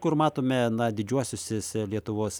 kur matome na didžiuosiuosese lietuvos